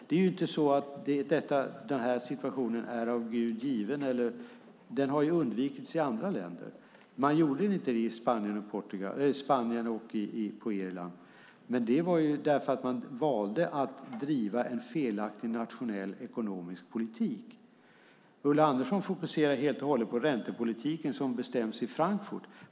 Det är inte så att den här situationen är av Gud given. Den har ju undvikits i andra länder. Man gjorde det inte i Spanien och på Irland, men det var därför att man valde att driva en felaktig nationell ekonomisk politik. Ulla Andersson fokuserar helt och hållet på räntepolitiken som bestäms i Frankfurt.